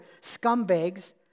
scumbags